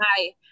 Hi